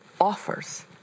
offers